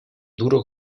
duro